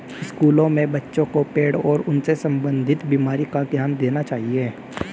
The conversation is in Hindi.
स्कूलों में बच्चों को पेड़ और उनसे संबंधित बीमारी का ज्ञान देना चाहिए